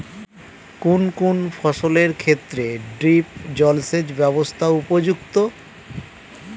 কোন কোন ফসলের ক্ষেত্রে ড্রিপ জলসেচ ব্যবস্থা উপযুক্ত?